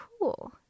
Cool